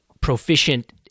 Proficient